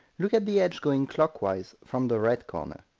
look at the edge going clockwise from the red corner.